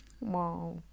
Wow